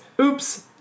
oops